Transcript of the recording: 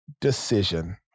decision